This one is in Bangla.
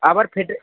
আবার ফেটে